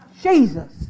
jesus